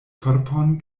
korpon